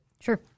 Sure